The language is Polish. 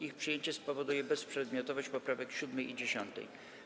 Ich przyjęcie spowoduje bezprzedmiotowość poprawek 7. i 10.